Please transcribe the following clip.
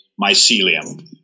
mycelium